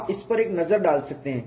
आप इस पर एक नज़र डाल सकते हैं